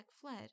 fled